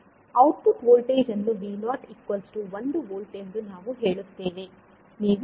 output voltage ಅನ್ನು V0 1 V ಎಂದು ನಾವು ಹೇಳುತ್ತೇವೆ